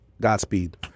Godspeed